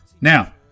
Now